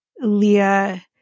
Leah